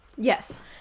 Yes